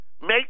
make